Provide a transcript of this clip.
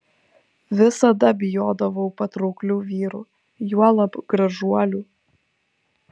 visada bijodavau patrauklių vyrų juolab gražuolių